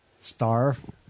Starve